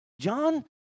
John